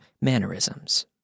mannerisms